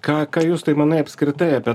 ką ką justai manai apskritai apie